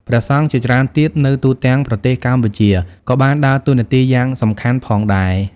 ព្រះសង្ឃជាច្រើនទៀតនៅទូទាំងប្រទេសកម្ពុជាក៏បានដើរតួនាទីយ៉ាងសំខាន់ផងដែរ។